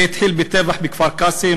זה התחיל בטבח בכפר-קאסם,